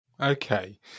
Okay